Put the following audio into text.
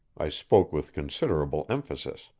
i spoke with considerable emphasis.